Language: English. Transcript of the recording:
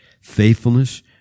faithfulness